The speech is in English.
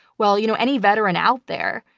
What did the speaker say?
well, you know, any veteran out there,